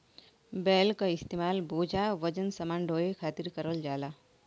बैल क इस्तेमाल बोझा वजन समान ढोये खातिर करल जाला